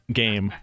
game